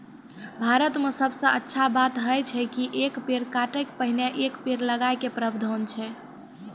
भारत मॅ सबसॅ अच्छा बात है छै कि एक पेड़ काटै के पहिने एक पेड़ लगाय के प्रावधान छै